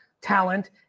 talent